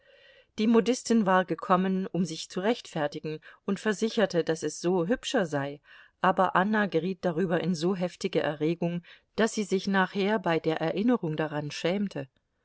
die modistin war gekommen um sich zu rechtfertigen und versicherte daß es so hübscher sei aber anna geriet darüber in so heftige erregung daß sie sich nachher bei der erinnerung daran schämte